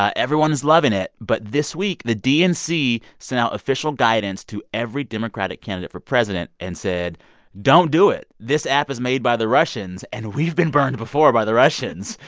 ah everyone is loving it. but this week, the dnc sent out official guidance to every democratic candidate for president and said don't do it. this app is made by the russians, and we've been burned before by the russians.